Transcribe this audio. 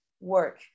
work